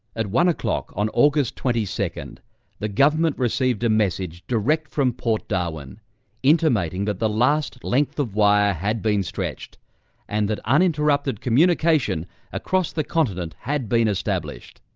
at one o'clock on august twenty second the government received a message direct from port darwin intimating that the last length of wire had been stretched and that uninterrupted communication across the continent had been established.